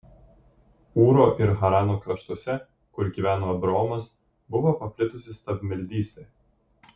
ūro ir harano kraštuose kur gyveno abraomas buvo paplitusi stabmeldystė